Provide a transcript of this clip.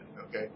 Okay